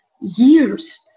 years